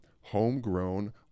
homegrown